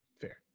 Fair